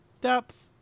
depth